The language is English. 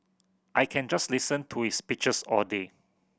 I can just listen to his speeches all day